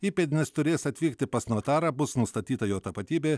įpėdinis turės atvykti pas notarą bus nustatyta jo tapatybė